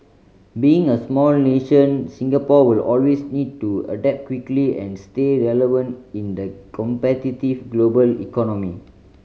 being a small nation Singapore will always need to adapt quickly and stay relevant in the competitive global economy